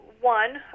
one